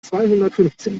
zweihundertfünfzehn